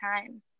time